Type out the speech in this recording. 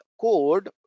code